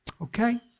Okay